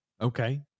Okay